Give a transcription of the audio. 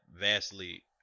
vastly